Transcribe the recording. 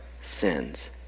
sins